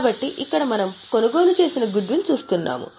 కాబట్టి ఇక్కడ మనము కొనుగోలు చేసిన గుడ్విల్ చూస్తున్నాము